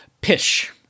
Pish